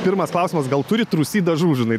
pirmas klausimas gal turit rūsy dažų žinai